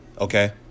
okay